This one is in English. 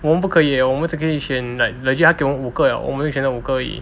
我们不可 leh 我们只可以选 like legit 他给我们五个了我们只可以选那五个而已